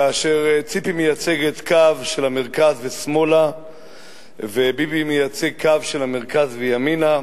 כאשר ציפי מייצגת קו של המרכז ושמאלה וביבי מייצג קו של המרכז וימינה.